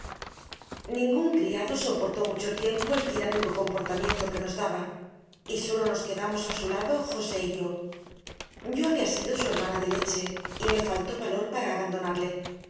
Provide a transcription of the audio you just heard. ningún criado soportó mucho tiempo el tiránico comportamiento que nos daba y sólo nos quedamos a su lado josé y yo yo había sido su hermana de leche y me faltó valor para abandonarle